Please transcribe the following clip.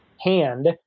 hand